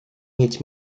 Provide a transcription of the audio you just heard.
mieć